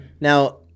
Now